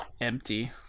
empty